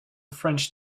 french